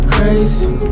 Crazy